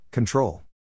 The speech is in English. Control